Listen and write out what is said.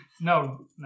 no